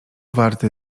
warty